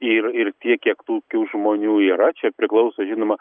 ir tiek kiek tokių žmonių yra čia priklauso žinoma